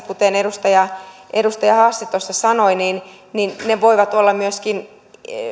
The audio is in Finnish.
kuten edustaja edustaja hassi sanoi voivat olla myöskin